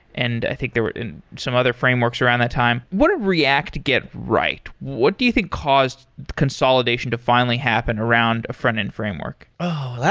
and i think there were some other frameworks around that time. what do react get right? what do you think caused the consolidation to finally happen around a frontend framework? oh!